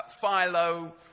Philo